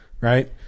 right